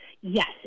Yes